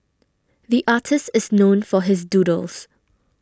the artist is known for his doodles